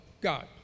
God